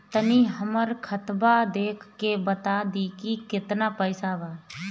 तनी हमर खतबा देख के बता दी की केतना पैसा बा?